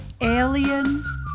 Aliens